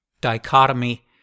dichotomy